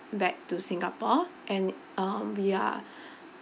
back to singapore and um we are